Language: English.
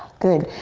good.